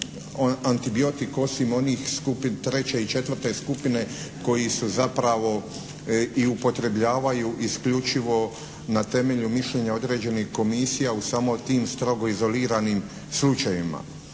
antibiotik osim onih treće i četvrte skupine koji se zapravo i upotrebljavaju isključivo na temelju mišljenja određenih komisija u samo tim strogo izoliranim slučajevima.